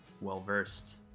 well-versed